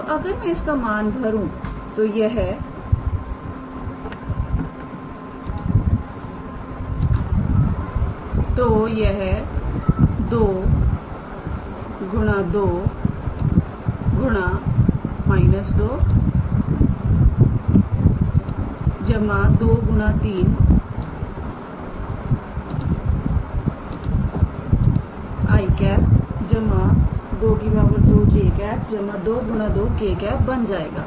तो अगर मैं इसका मान भरू तो यह 22 −2 23𝑖̂ 2 2 𝑗̂ 22𝑘̂ बन जाएगा